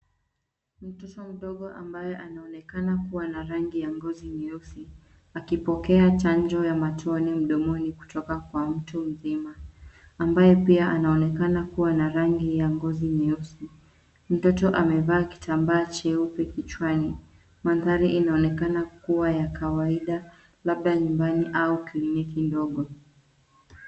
Mtoto mdogo ambaye anaonekana kuwa na rangi ya ngozi nyeusi, akipokea chanjo ya matone mdomoni kutoka kwa mtu mzima, ambaye pia anaonekana kuwa na rangi ya ngozi nyeusi. Mtoto amevaa kitambaa cheupe kichwani. Mandhari yanaonekana kuwa ya kawaida, labda ya nyumbani au kliniki ndogo.